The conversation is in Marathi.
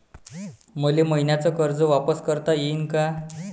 मले मईन्याचं कर्ज वापिस करता येईन का?